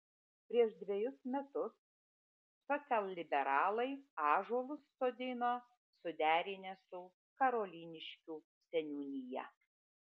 prieš dvejus metus socialliberalai ąžuolus sodino suderinę su karoliniškių seniūnija